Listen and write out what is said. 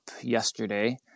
yesterday